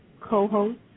co-host